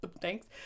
thanks